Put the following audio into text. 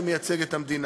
שמייצג את המדינה,